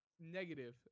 Negative